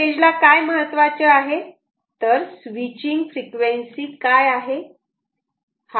आता या स्टेजला काय महत्त्वाचे आहे तर स्विचींग फ्रिक्वेन्सी काय आहे